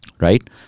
Right